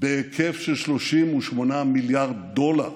בהיקף של 38 מיליארד דולר,